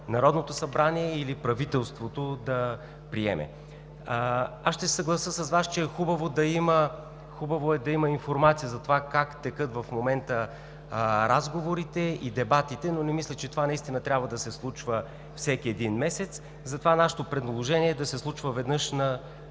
Народното събрание или правителството да приеме. Аз ще се съглася с Вас, че е хубаво да има информация за това как текат в момента разговорите и дебатите, но не мисля, че това наистина трябва да се случва всеки един месец. Затова нашето предложение е да се случва веднъж на